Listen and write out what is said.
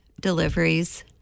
deliveries